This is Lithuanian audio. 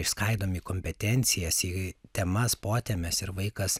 išskaidom į kompetencijas į temas potemes ir vaikas